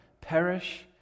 perish